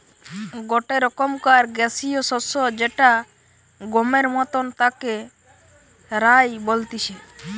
গটে রকমকার গ্যাসীয় শস্য যেটা গমের মতন তাকে রায় বলতিছে